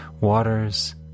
waters